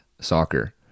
soccer